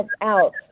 out